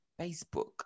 Facebook